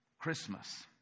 Christmas